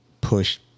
push